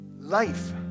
life